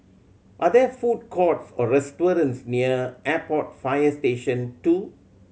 are there food courts or restaurants near Airport Fire Station Two